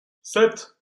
sept